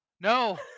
No